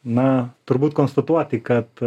na turbūt konstatuoti kad